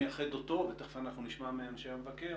ותכף אנחנו נשמע מאנשי המבקר,